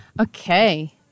Okay